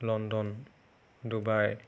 London Dubai